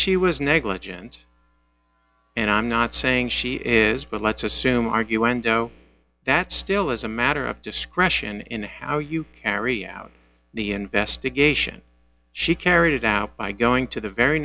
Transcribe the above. she was negligent and i'm not saying she is but let's assume argue endo that still is a matter of discretion in how you carry out the investigation she carried it out by going to the very